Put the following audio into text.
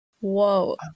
Whoa